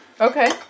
Okay